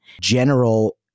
general